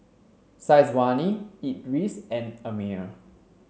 Syazwani Idris and Ammir